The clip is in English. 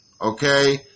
Okay